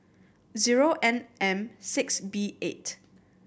zero N M six B eight